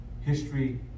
history